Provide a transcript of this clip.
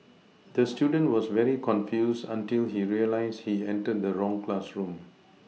the student was very confused until he realised he entered the wrong classroom